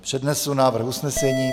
Přednesu návrh usnesení.